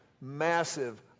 massive